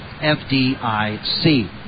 FDIC